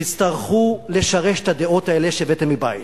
תצטרכו לשרש את הדעות האלה שהבאתם מבית.